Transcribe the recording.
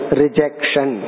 rejection